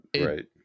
right